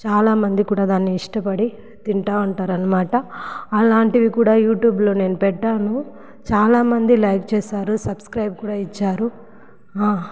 చాలామంది కూడా దాని ఇష్టపడి తింటా ఉంటారన్నమాట అలాంటివి కూడా యూట్యూబ్లో నేను పెట్టాను చాలామంది లైక్ చేశారు సబ్స్క్రైబ్ కూడా ఇచ్చారు